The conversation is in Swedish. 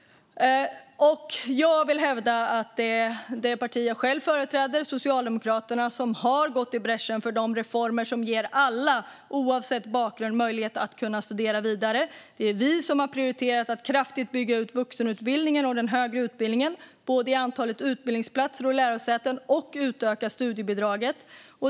Jag vill hävda att det är det parti jag själv företräder, Socialdemokraterna, som har gått i bräschen för de reformer som ger alla, oavsett bakgrund, möjlighet att studera vidare. Det är vi som har prioriterat att kraftigt bygga ut vuxenutbildningen och den högre utbildningen, både vad gäller antalet utbildningsplatser och vad gäller antal lärosäten, samt att utöka studiebidraget.